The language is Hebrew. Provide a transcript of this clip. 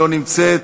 לא נמצאת,